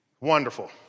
wonderful